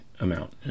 amount